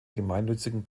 gemeinnützigen